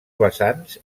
vessants